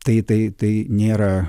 tai tai tai nėra